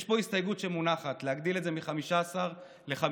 יש פה הסתייגות שמונחת להגדיל את זה מ-15% ל-50%.